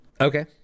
Okay